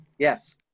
Yes